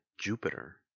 Jupiter